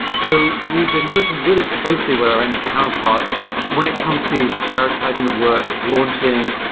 so we've been working really closely with our and counterparts when it comes to prioritizing the work, launching,